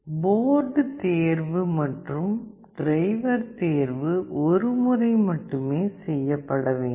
board தேர்வு மற்றும் driver தேர்வு ஒரு முறை மட்டுமே செய்யப்பட வேண்டும்